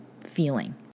feeling